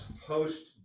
post